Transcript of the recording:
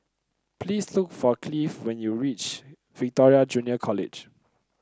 please look for Cleave when you reach Victoria Junior College